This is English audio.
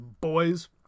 boys